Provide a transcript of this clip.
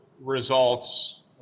results